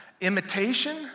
imitation